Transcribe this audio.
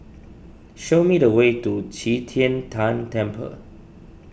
show me the way to Qi Tian Tan Temple